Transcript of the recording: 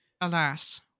Alas